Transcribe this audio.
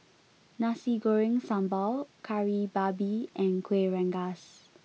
Nasi Goreng Sambal Kari Babi and Kueh Rengas